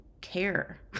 Care